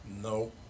No